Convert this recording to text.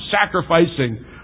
sacrificing